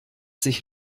sich